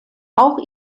auch